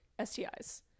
STIs